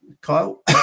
Kyle